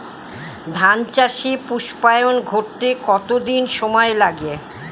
ধান চাষে পুস্পায়ন ঘটতে কতো দিন সময় লাগে?